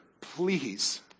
please